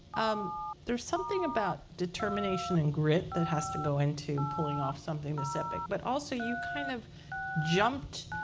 um there's something about determination and grit that has to go into pulling off something this epic. but also, you kind of jumped